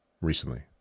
recently